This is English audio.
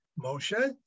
Moshe